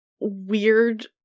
weird